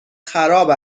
خراب